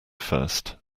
first